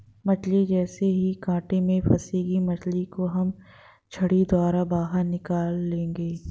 मछली जैसे ही कांटे में फंसेगी मछली को हम छड़ी द्वारा बाहर निकाल लेंगे